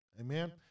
Amen